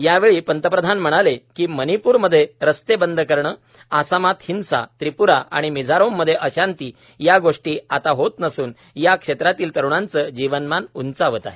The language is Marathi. यावेळी पंतप्रधान म्हणाले की माणिपूरमध्ये रस्ते बंद करणे आसाम हिंसा त्रिपुरा आणि मिजारोममध्ये अशांती या गोष्टी आता होत नसून या क्षेत्रातील तरुणांचे जीवनमान उंचावत आहे